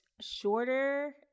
shorter